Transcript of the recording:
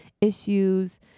issues